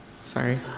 Sorry